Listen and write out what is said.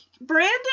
Brandon